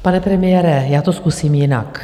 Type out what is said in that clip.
Pane premiére, já to zkusím jinak.